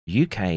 UK